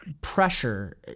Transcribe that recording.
pressure